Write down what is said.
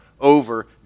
over